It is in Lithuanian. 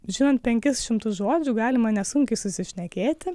žinant penkis šimtus žodžių galima nesunkiai susišnekėti